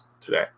today